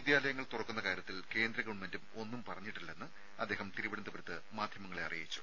വിദ്യാലയങ്ങൾ തുറക്കുന്ന കാര്യത്തിൽ കേന്ദ്ര ഗവൺമെന്റും ഒന്നും പറഞ്ഞിട്ടില്ലെന്ന് അദ്ദേഹം തിരുവനന്തപുരത്ത് മാധ്യമങ്ങളെ അറിയിച്ചു